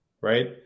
right